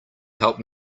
help